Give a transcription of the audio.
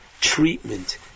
treatment